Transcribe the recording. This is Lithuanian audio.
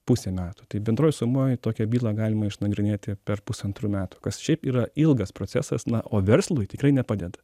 pusė metų tai bendroj sumoj tokią bylą galima išnagrinėti per pusantrų metų kas šiaip yra ilgas procesas na o verslui tikrai nepadeda